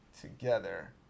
together